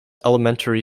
elementary